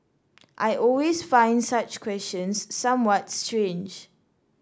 I always find such questions somewhat strange